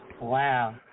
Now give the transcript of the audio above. Wow